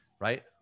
right